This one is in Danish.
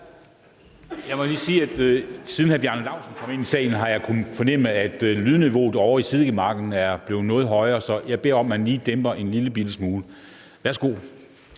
Jeg må lige sige, at siden hr. Bjarne Laustsen kom ind i salen, har jeg kunnet fornemme, at lydniveauet ovre i sidegemakket er blevet noget højere, så jeg beder om, at man lige dæmper sig en lillebitte smule. Værsgo.